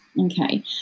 okay